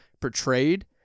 portrayed